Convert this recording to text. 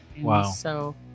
Wow